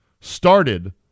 Started